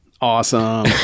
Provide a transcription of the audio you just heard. Awesome